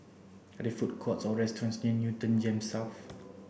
are there food courts or restaurants near Newton GEMS South